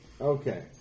Okay